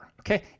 okay